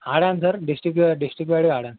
ఆడాను sir district district వైడ్గా ఆడాను